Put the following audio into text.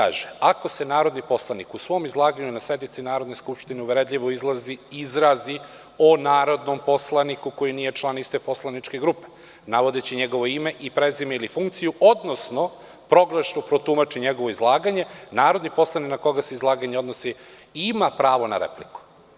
Ako se narodni poslanik u svom izlaganju na sednici Narodne skupštine uvredljivo izrazi o narodnom poslaniku koji nije član iste poslaničke grupe navodeći njegovo ime i prezime ili funkciju, odnosno pogrešno protumači njegovo izlaganje, narodni poslanik na koga se izlaganje odnosi ima pravo na repliku“